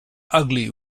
ugly